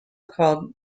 called